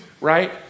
right